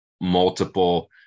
multiple